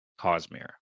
Cosmere